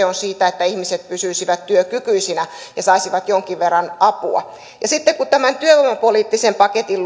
on siitä että ihmiset pysyisivät työkykyisinä ja saisivat jonkin verran apua ja sitten kun tämän työvoimapoliittisen paketin